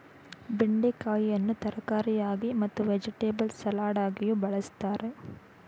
ಬೆಂಡೆಕಾಯಿಯನ್ನು ತರಕಾರಿಯಾಗಿ ಮತ್ತು ವೆಜಿಟೆಬಲ್ ಸಲಾಡಗಿಯೂ ಬಳ್ಸತ್ತರೆ